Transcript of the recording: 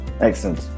Excellent